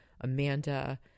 Amanda